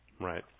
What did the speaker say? Right